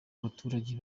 abaturage